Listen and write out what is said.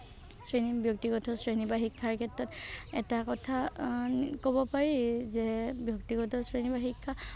শ্ৰেণী ব্যক্তিগত শ্ৰেণী বা শিক্ষাৰ ক্ষেত্ৰত এটা কথা ক'ব পাৰি যে ব্যক্তিগত শ্ৰেণী বা শিক্ষা